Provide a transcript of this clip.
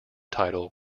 title